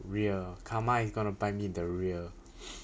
rear karma is gonna bite me the rear